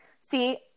See